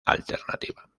alternativa